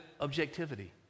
objectivity